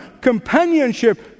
companionship